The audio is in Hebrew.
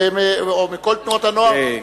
או מכל תנועות הנוער,